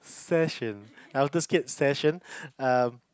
session elder kids session